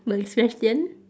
my next question